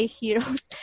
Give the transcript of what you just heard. heroes